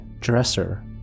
dresser